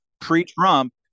pre-Trump